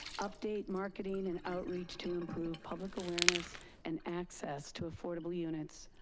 update marketing and outreach to improve public awareness and access to affordable units,